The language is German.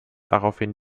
daraufhin